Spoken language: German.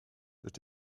durch